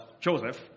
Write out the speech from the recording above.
Joseph